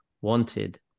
wanted